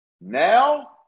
Now